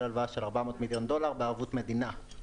הלוואה של 400 מיליון דולר בערבות מדינה.